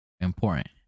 important